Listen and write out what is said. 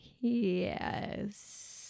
Yes